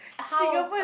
how about